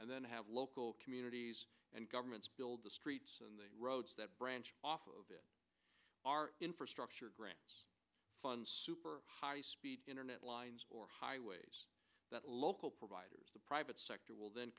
and then have local communities and governments build the streets and the roads that branched off of it our infrastructure grant funds super high speed internet lines or highways that local providers the private sector will then